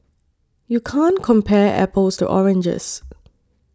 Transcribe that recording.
you can't compare apples to oranges